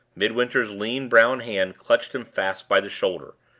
midwinter's lean brown hand clutched him fast by the shoulder,